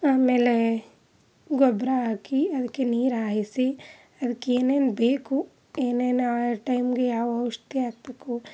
ಆಮೇಲೆ ಗೊಬ್ಬರ ಹಾಕಿ ಅದಕ್ಕೆ ನೀರು ಹಾಯಿಸಿ ಅದಕ್ಕೇನೇನು ಬೇಕು ಏನೇನು ಆ ಟೈಮ್ಗೆ ಯಾವ ಔಷಧಿ ಹಾಕ್ಬೇಕು